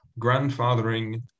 grandfathering